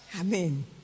Amen